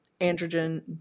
androgen